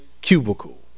cubicle